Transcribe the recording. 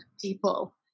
people